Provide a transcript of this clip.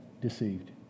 deceived